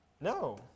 No